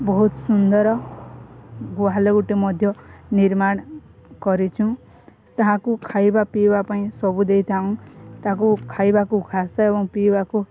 ବହୁତ ସୁନ୍ଦର ଗୁହାଳ ଗୋଟେ ମଧ୍ୟ ନିର୍ମାଣ କରିଛୁ ତାହାକୁ ଖାଇବା ପିଇବା ପାଇଁ ସବୁ ଦେଇଥାଉ ତାକୁ ଖାଇବାକୁ ଘାସ ଏବଂ ପିଇବାକୁ